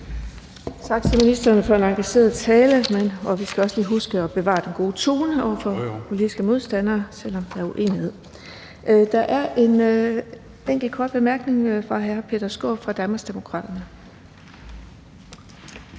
Tak til ministeren for en engageret tale. Vi skal lige huske at bevare den gode tone over for politiske modstandere, selv om der er uenighed. Der er en enkelt kort bemærkning fra hr. Peter Skaarup fra Danmarksdemokraterne.